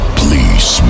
please